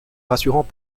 rassurant